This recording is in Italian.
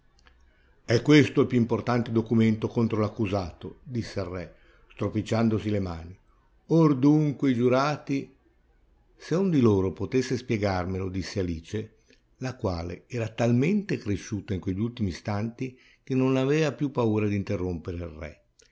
è questo il più importante documento contro l'accusato disse il re stropicciandosi le mani or dunque i giurati se uno di loro potesse spiegarmelo disse alice la quale era talmente cresciuta in quegli ultimi istanti che non avea più paura d'interrompere il re